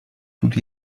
тут